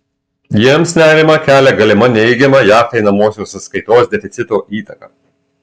jiems nerimą kelia galima neigiama jav einamosios sąskaitos deficito įtaka